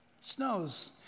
snows